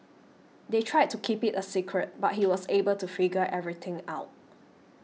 they tried to keep it a secret but he was able to figure everything out